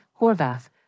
Horvath